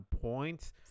points